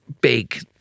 big